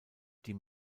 die